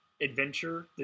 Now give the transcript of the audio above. adventure